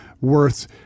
worth